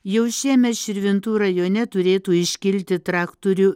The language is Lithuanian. jau šiemet širvintų rajone turėtų iškilti traktorių